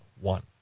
one